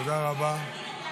תודה רבה.